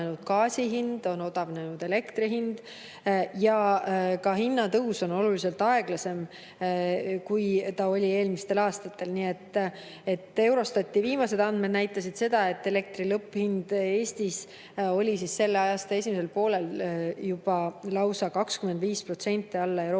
gaasi hind, on odavnenud elektri hind. Ka hinnatõus on oluliselt aeglasem, kui oli eelmistel aastatel. Eurostati viimased andmed näitasid, et elektri lõpphind Eestis oli selle aasta esimesel poolel juba lausa 25% alla Euroopa